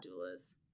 doulas